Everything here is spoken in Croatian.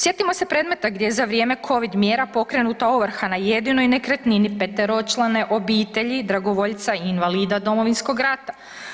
Sjetimo se predmeta gdje je za vrijeme Covid mjera pokrenuta ovrha na jedinoj nekretnini 5-člane obitelji dragovoljca, invalida Domovinskoga rata.